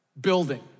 building